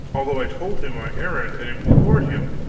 although i told him my errand, and implored him,